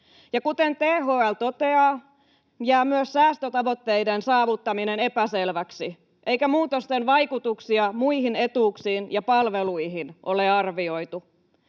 Ja kuten THL toteaa, jää myös säästötavoitteiden saavuttaminen epäselväksi eikä muutosten vaikutuksia muihin etuuksiin ja palveluihin ole arvioitu.